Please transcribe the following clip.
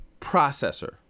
processor